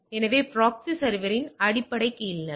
எனவே இது ப்ராக்ஸி சர்வேரின் அடிப்படை கீழ்நிலை